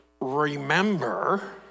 Remember